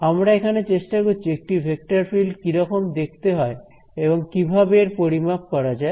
আমরা এখানে চেষ্টা করছি একটি ভেক্টর ফিল্ড কি রকম দেখতে হয় এবং কিভাবে এর পরিমাপ করা যায়